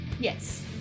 Yes